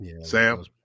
Sam